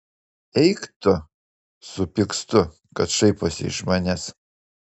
eik tu supykstu kad šaiposi iš manęs